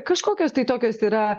kažkokios tai tokios yra